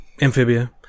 Amphibia